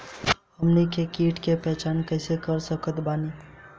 हमनी के कीट के पहचान कइसे कर सकत बानी?